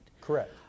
Correct